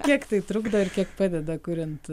kiek tai trukdo ir kiek padeda kuriant